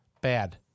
Bad